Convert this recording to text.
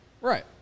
Right